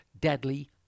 deadly